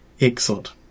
excellent